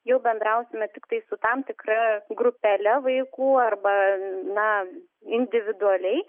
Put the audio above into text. jau bendrausime tiktai su tam tikra grupele vaikų arba na individualiai